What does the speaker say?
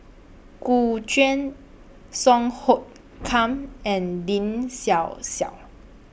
Gu Juan Song Hoot Kiam and Lin Xiao Xiao